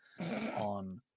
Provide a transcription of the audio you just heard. on